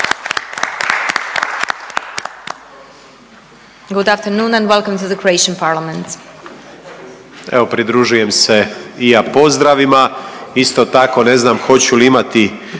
Evo pridružujem se i ja pozdravima. Isto tako ne znam hoću li imati